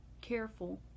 careful